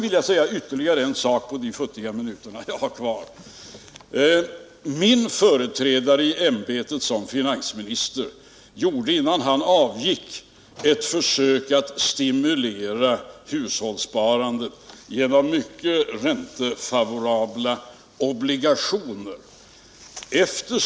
Sedan har jag ytterligare en sak att säga under de futtiga minuter jag har kvar av min taletid. Min företrädare i ämbetet som finansminister gjorde innan han avgick ett försök att stimulera hushållssparandet genom att emittera obligationer med mycket fördelaktig ränta.